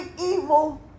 evil